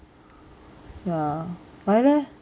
ya why leh